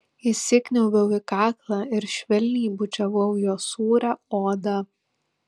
įsikniaubiau į kaklą ir švelniai bučiavau jo sūrią odą